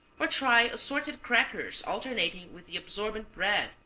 or try assorted crackers alternating with the absorbent bread,